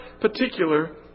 particular